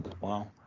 Wow